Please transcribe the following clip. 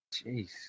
Jeez